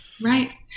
Right